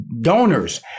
donors